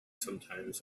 sometimes